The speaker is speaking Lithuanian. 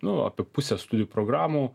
nu apie pusę studijų programų